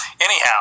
anyhow